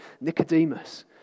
Nicodemus